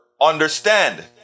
Understand